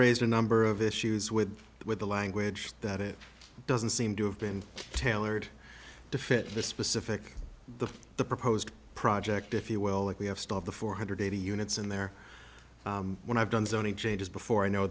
raised a number of issues with with the language that it doesn't seem to have been tailored to fit the specific the the proposed project if you will likely have stalled the four hundred and eighty units in there when i've done zoning changes before i know